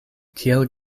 kiel